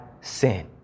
sin